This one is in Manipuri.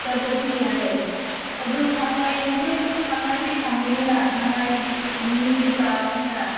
ꯆꯠꯄꯗꯤ ꯌꯥꯏ ꯑꯗꯣ ꯁꯉꯥꯏ ꯅꯣꯏꯁꯦ ꯁꯉꯥꯏꯗꯤ ꯈꯪꯒꯅꯤꯅ ꯁꯉꯥꯏꯗꯤ ꯃꯤꯡꯗꯤ ꯇꯥꯒꯅꯤꯅ